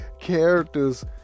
characters